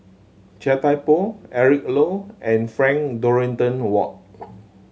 Chia Thye Poh Eric Low and Frank Dorrington Ward